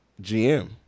GM